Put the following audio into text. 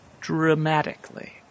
dramatically